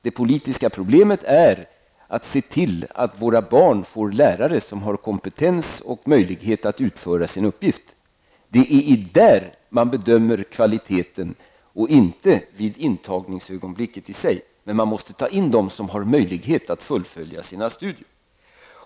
Det politiska problemet är att se till att våra barn får lärare som har kompetens och möjlighet att utföra sin uppgift. Det är där man bedömer kvaliteten och inte vid intagningsögonblicket. Men man måste ta in dem som har möjlighet att fullfölja sina studier.